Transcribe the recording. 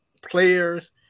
players